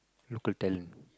local talent